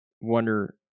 wonder